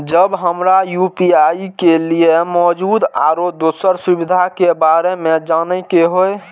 जब हमरा यू.पी.आई के लिये मौजूद आरो दोसर सुविधा के बारे में जाने के होय?